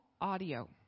audio